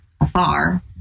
afar